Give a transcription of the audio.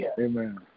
Amen